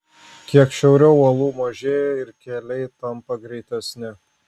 kiek šiauriau uolų mažėja ir keliai tampa greitesni